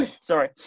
sorry